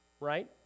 right